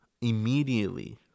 immediately